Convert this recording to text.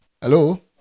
Hello